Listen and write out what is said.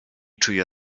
czuję